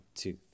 two